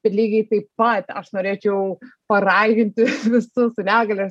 ir lygiai taip pat aš norėčiau paraginti visus su negalia ir